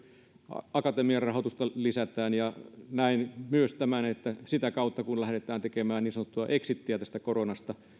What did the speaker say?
akatemian rahoitusta lisätään ja näen myös niin että sitä kautta kun lähdetään tekemään niin sanottua exitiä tästä koronasta